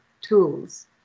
tools